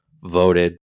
voted